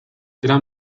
دلمم